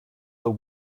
the